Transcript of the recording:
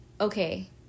Okay